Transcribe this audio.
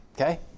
Okay